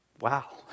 Wow